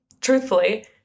truthfully